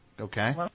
okay